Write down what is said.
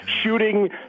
shooting